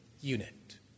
unit